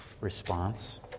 response